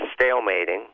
stalemating